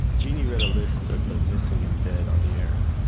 genie read a list of the missing and dead on the air.